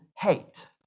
hate